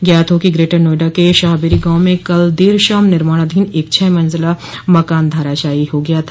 ज्ञात हो कि ग्रेटर नोएडा के शाहबेरी गांव में कल देर शाम निर्माणाधीन एक छह मंजिला मकान धराशायी हो गया था